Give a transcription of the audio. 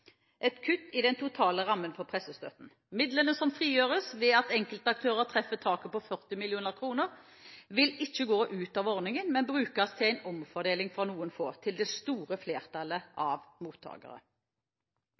et kutt i den totale rammen for pressestøtten. Midlene som frigjøres ved at enkeltaktører treffer taket på 40 mill. kr, vil ikke gå ut av ordningen, men brukes til en omfordeling fra noen få til det store flertallet